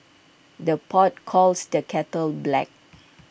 the pot calls the kettle black